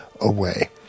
away